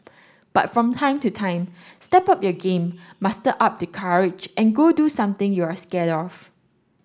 but from time to time step up your game muster up the courage and go do something you're scared of